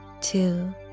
Two